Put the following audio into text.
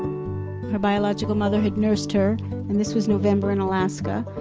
her biological mother had nursed her and this was november in alaska,